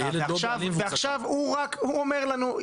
ועכשיו הוא אומר לנו,